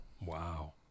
Wow